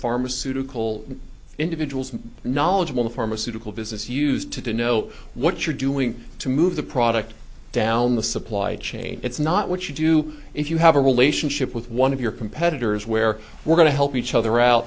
pharmaceutical individuals knowledgeable the pharmaceutical business used to do know what you're doing to move the product down the supply chain it's not what you do if you have a relationship with one of your competitors where we're going to help each other out